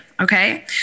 Okay